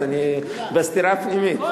אז אני בסתירה פנימית.